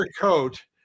coat